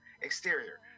Exterior